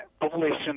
population